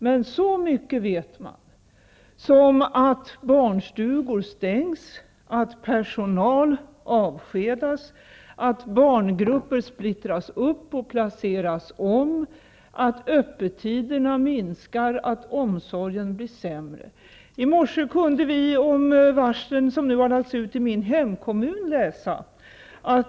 Men man vet så pass mycket att barnstugor stängs, att personal avskedas, att barngrupper splittras upp och placeras om, att öppettiderna minskar samt att omsorgen blir sämre. I morse kunde vi läsa om de varsel som nu har utfärdats i min hemkommun.